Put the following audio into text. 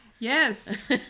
Yes